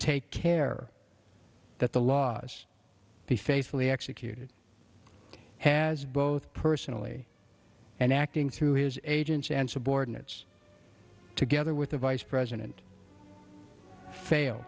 take care that the laws be faithfully executed has both personally and acting through his agents and subordinates together with the vice president failed